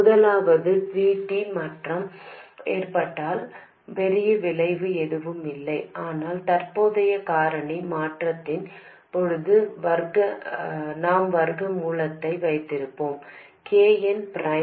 முதலாவதாக V T மாற்றம் ஏற்பட்டால் பெரிய விளைவு எதுவும் இல்லை ஆனால் தற்போதைய காரணி மாற்றத்தின் போது நாம் வர்க்க மூலத்தை வைத்திருக்கிறோம் K n ப்ரைம் 1